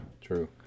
True